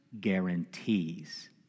guarantees